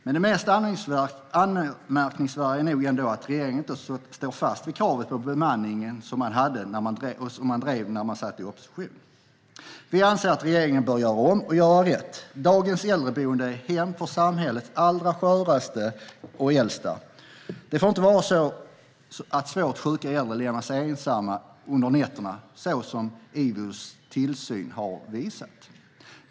Men det mest anmärkningsvärda är nog ändå att regeringen inte står fast vid kravet på bemanning som man drev när man satt i opposition. Vi anser att regeringen bör göra om och göra rätt. Dagens äldreboenden är hem för samhällets allra sköraste och äldsta. Det får inte vara så att svårt sjuka äldre lämnas ensamma under nätterna, som IVO:s tillsyn har visat.